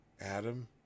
Adam